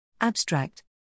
Abstract